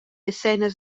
escenes